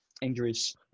Injuries